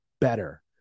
better